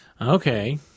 Okay